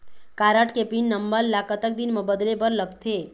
Card के pin number ला कतक दिन म बदले बर लगथे?